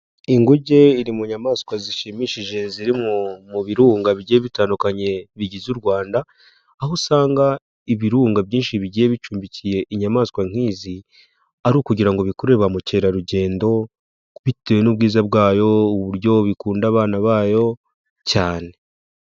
Inguge iri mu nyamaswa zishimishije ziri mu birunga bigiye bitandukanye bigize u Rwanda, aho usanga ibirunga byinshi bigiye bicumbikiye inyamaswa nk'izi ari ukugira ngo bikurure ba mukerarugendo bitewe n'ubwiza bwayo, uburyo bikunda abana bayo cyane.